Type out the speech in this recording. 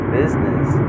business